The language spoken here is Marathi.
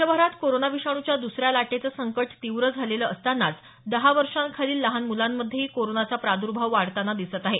देशभरात कोरोना विषाणूच्या दुसऱ्या लाटेचं संकट तीव्र झालेलं असतानाच दहा वर्षांखालील लहान मुलांमध्येही कोरोनाचा प्रादुर्भाव वाढताना दिसत आहे